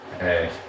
Hey